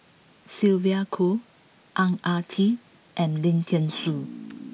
Sylvia Kho Ang Ah Tee and Lim Thean Soo